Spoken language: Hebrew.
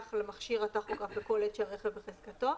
למכשיר הטכוגרף בכל עת שהרכב בחזקתו,